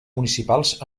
municipals